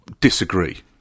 disagree